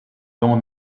jonge